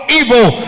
evil